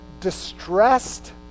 distressed